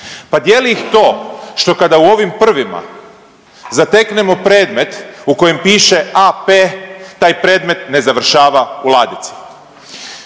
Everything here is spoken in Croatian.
Pa dijeli ih to što kada u ovim prvima zateknemo predmet u kojem piše AP, taj predmet ne završava u ladici.